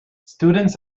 students